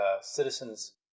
citizens